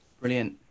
brilliant